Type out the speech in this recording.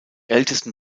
ältesten